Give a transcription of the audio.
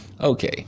Okay